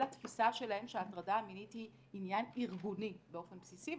אלא תפיסה שלהם שההטרדה המינית היא עניין ארגוני באופן בסיסי,